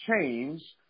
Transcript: change